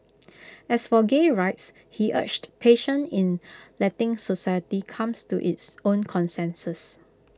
as for gay rights he urged patience in letting society comes to its own consensus